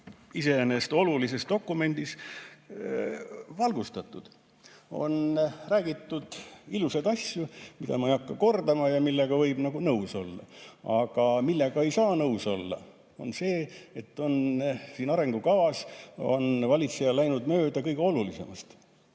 iseenesest olulises dokumendis valgustatud. On räägitud ilusaid asju, mida ma ei hakka kordama ja millega võib nõus olla. Küll aga ei saa nõus olla sellega, et arengukavas on valitseja läinud mööda kõige olulisemast: